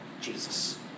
Jesus